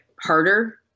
harder